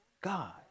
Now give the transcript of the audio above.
God